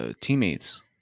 Teammates